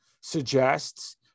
suggests